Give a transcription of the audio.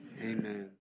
Amen